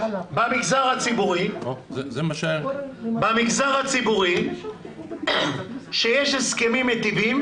במגזר הציבורי, למי שיש הסכמים מיטיבים,